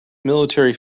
military